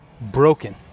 broken